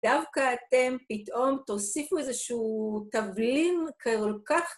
דווקא אתם פתאום תוסיפו איזשהו תבלין כ...